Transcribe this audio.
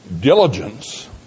Diligence